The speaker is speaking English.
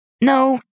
No